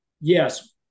yes